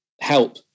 help